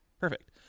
perfect